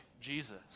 Jesus